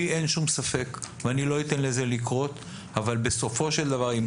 לי אין שום ספק ואני לא אתן לזה לקרות אבל בסופו של דבר אם